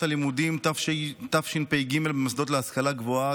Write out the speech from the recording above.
הלימודים תשפ"ג במוסדות להשכלה גבוהה,